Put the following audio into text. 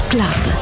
Club